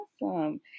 awesome